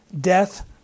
death